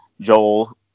Joel